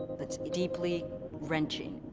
that's deeply wrenching.